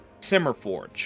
Simmerforge